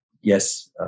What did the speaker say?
yes